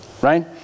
right